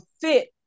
fit